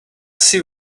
see